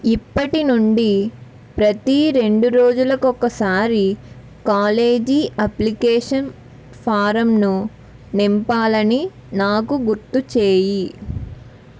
ఇప్పటి నుండి ప్రతీ రెండు రోజులకు ఒకసారి కాలేజీ అప్లికేషన్ ఫారంను నింపాలని నాకు గుర్తు చేయి